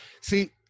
see